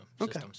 Okay